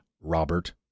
Robert